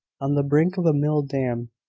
on the brink of a mill-dam!